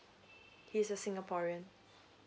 he's a singaporean